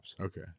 Okay